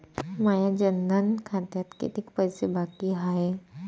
माया जनधन खात्यात कितीक पैसे बाकी हाय?